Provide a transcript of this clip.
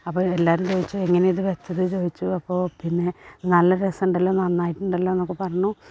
അപ്പോൾ എല്ലാവരും ചോദിച്ചു എങ്ങനെ ഇത് വെച്ചത് ചോദിച്ചു അപ്പോൾ പിന്നെ നല്ല രസം ഉണ്ടല്ലോ നന്നായിട്ട് ഉണ്ടല്ലോ എന്നൊക്കെ പറഞ്ഞു